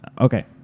okay